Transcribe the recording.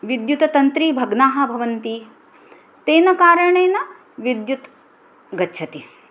विद्युत्तन्त्री भग्ना भवति तेन कारणेन विद्युत् गच्छति